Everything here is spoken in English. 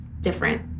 different